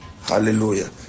Hallelujah